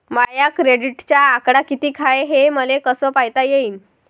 माया क्रेडिटचा आकडा कितीक हाय हे मले कस पायता येईन?